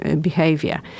behavior